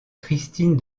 christine